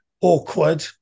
awkward